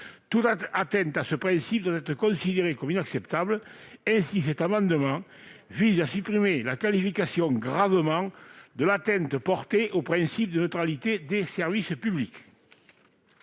Toute atteinte à ce principe doit être considérée comme inacceptable. C'est pourquoi cet amendement vise à supprimer la qualification « gravement » pour ce qui concerne l'atteinte portée au principe de neutralité des services publics.